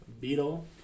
Beetle